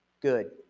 good